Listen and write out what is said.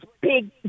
Big